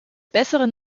besseren